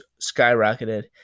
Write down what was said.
skyrocketed